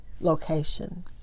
location